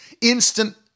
instant